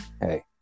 Hey